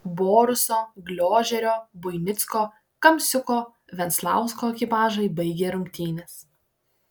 boruso gliožerio buinicko kamsiuko venslausko ekipažai baigė rungtynes